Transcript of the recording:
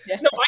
no